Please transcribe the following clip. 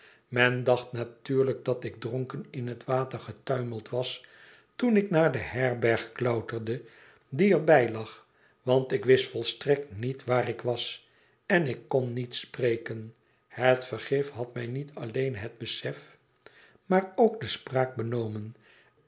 men dacht natuurlijk dat ik dronken in het water getuimeld was toen ik naar de herberg klauterde die er bij lag want ik wist volstrekt niet waar ik was en ik kon niet spreken het vergif had mij niet alleen het besef maar ook de spraak benomen